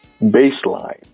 baseline